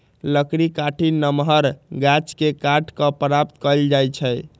लकड़ी काठी नमहर गाछि के काट कऽ प्राप्त कएल जाइ छइ